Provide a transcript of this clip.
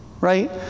right